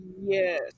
Yes